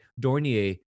Dornier